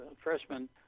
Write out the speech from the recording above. freshman